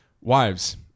Wives